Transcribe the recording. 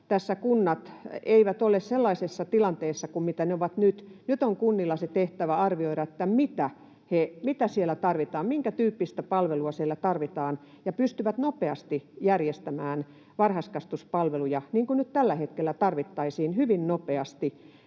kunnat eivät ole sellaisessa tilanteessa kuin mitä ne ovat nyt. Nyt on kunnilla se tehtävä arvioida, mitä siellä tarvitaan, minkä tyyppistä palvelua siellä tarvitaan, ja he pystyvät nopeasti järjestämään varhaiskasvatuspalveluja — niin kuin nyt tällä hetkellä tarvittaisiin